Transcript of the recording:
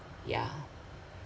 yeah